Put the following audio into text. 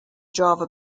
java